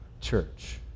church